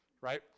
right